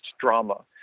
drama